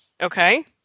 Okay